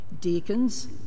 Deacons